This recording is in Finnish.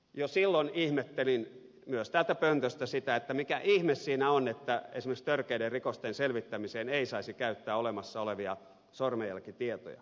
jo silloin ihmettelin myös täältä pöntöstä sitä mikä ihme siinä on että esimerkiksi törkeiden rikosten selvittämiseen ei saisi käyttää olemassa olevia sormenjälkitietoja